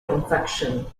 infection